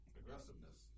aggressiveness